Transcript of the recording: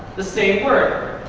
the same word.